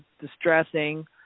distressing